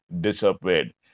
disappeared